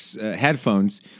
headphones